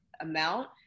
amount